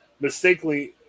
mistakenly